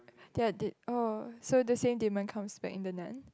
there're did oh so the same demon comes back in the Nun